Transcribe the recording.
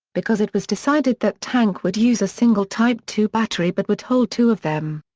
because it was decided that tank would use a single type two battery but would hold two of them.